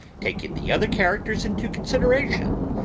taking the other characters into consideration,